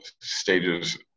stages